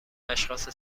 اشخاص